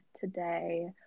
today